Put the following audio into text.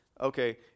okay